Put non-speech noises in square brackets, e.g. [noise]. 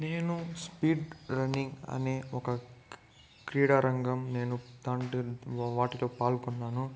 నేను speed running అనే ఒక క్రీడారంగం నేను [unintelligible] వాటిలో పాల్గున్నాను